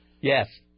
Yes